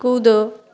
कूदो